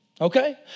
Okay